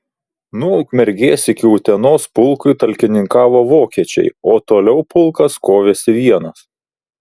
nuo ukmergės iki utenos pulkui talkininkavo vokiečiai o toliau pulkas kovėsi vienas